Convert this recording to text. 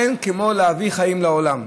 אין כמו להביא חיים לעולם,